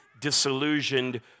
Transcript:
disillusioned